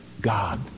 God